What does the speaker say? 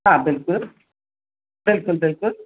हा बिल्कुलु बिल्कुलु बिल्कुलु